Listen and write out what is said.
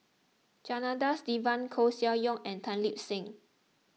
Janadas Devan Koeh Sia Yong and Tan Lip Seng